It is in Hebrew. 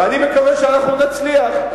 ואני מקווה שאנחנו נצליח.